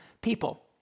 people